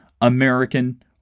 American